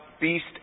beast